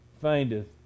findeth